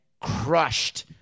crushed